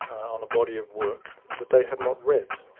on a body of work, that they have not read.